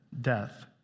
death